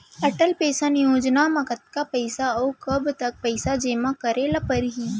Atal pension Yojana म कतका पइसा, अऊ कब तक पइसा जेमा करे ल परही?